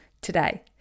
today